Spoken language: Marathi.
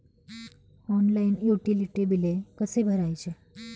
ऑनलाइन युटिलिटी बिले कसे भरायचे?